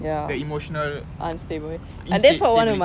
the emotional instability